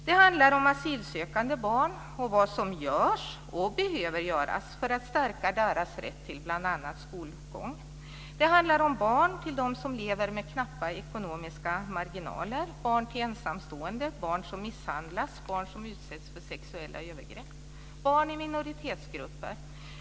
Det handlar om asylsökande barn, vad som görs och behöver göras för att stärka deras rätt till bl.a. skolgång. Det handlar om barn till dem som lever med knappa ekonomiska marginaler, barn till ensamstående, barn som misshandlas, barn som utsätts för sexuella övergrepp, barn i minoritetsgrupper.